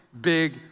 big